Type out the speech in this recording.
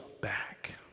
back